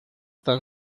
tan